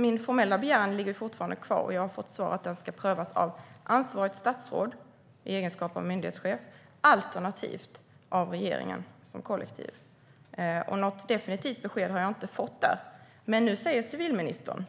Min formella begäran ligger fortfarande kvar, och jag har fått svaret att det ska prövas av ansvarigt statsråd i egenskap av myndighetschef alternativt av regeringen som kollektiv. Något definitivt besked har jag inte fått. Men nu säger civilministern